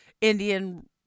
Indian